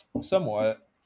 Somewhat